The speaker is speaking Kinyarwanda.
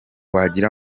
wagira